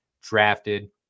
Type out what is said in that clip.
drafted